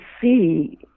see